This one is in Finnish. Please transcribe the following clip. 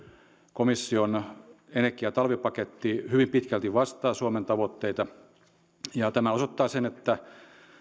komission energiatalvipaketti hyvin pitkälti vastaa suomen tavoitteita tämä osoittaa sen että